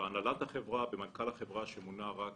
בהנהלת החברה, במנכ"ל החברה שמונה רק